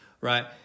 right